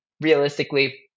realistically